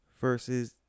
versus